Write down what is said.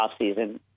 offseason